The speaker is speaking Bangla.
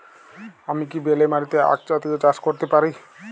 আমি কি বেলে মাটিতে আক জাতীয় চাষ করতে পারি?